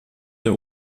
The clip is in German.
der